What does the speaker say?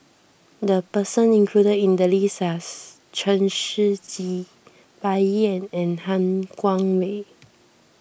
the person included in the list are Chen Shiji Bai Yan and Han Guangwei